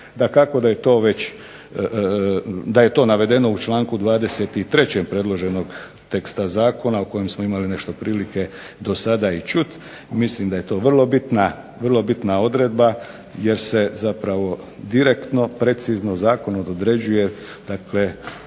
Dakako da je to navedeno u članku 23. predloženog teksta zakona o kojem smo imali nešto prilike do sada i čuti. Mislim da je to vrlo bitna odredba jer se zapravo direktno, precizno zakon određuje dakle